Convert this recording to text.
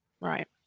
Right